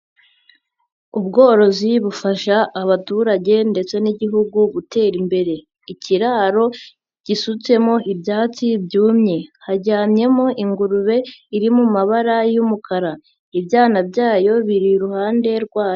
Ubworozi bufasha abaturage ndetse n'igihugu gutera imbere. Ikiraro gisutsemo ibyatsi byumye. Haryanyemo ingurube iri mu mabara y'umukara. Ibyana byayo biri iruhande rwayo.